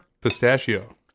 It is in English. Pistachio